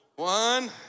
One